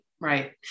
Right